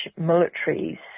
militaries